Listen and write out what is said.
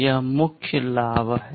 यह मुख्य लाभ है